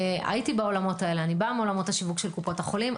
אני באה מעולמות השיווק של קופות החולים.